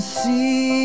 see